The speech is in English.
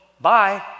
Bye